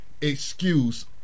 excuse